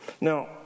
Now